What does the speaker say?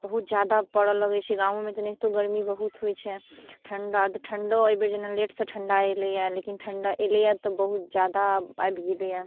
बहुत ज्यादा पड़ऽ लगै छै गामोमे तऽ एनाहिते गरमी बहुत होइ छै ठण्डा तऽ ठण्डो जेना एहिबेर लेटसँ ठण्डा अएलै हँ लेकिन ठण्डा अएलै हँ तऽ बहुत ज्यादा आबि गेलै हँ